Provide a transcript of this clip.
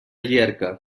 llierca